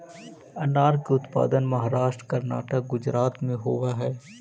अनार के उत्पादन महाराष्ट्र, कर्नाटक, गुजरात में होवऽ हई